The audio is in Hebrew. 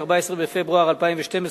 14 בפברואר 2012,